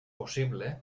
possible